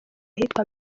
ahitwa